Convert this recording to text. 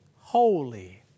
holy